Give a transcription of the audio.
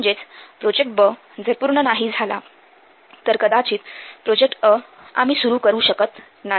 म्हणजेच प्रोजेक्ट ब जर पूर्ण नाही झाला तर कदाचित प्रोजेक्ट अ आम्ही सुरु करू शकत नाही